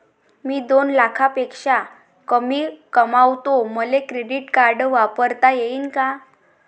मी दोन लाखापेक्षा कमी कमावतो, मले क्रेडिट कार्ड वापरता येईन का?